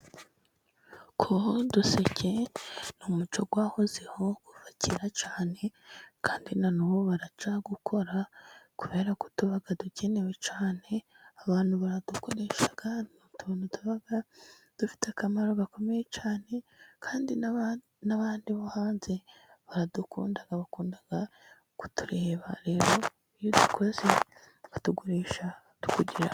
kuboha uduseke ni umuco wahozeho kuva kera cyane, kandi na n'ubu baracyawukora kubera ko tuba dukenewe cyane, abantu baradukoresha utuntu tuba dufite akamaro gakomeye cyane, kandi n'abandi bo hanze baradukunda bakunda kutureba iyo dukoze batugurisha tukugira...